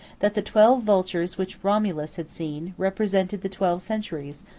that the twelve vultures which romulus had seen, represented the twelve centuries,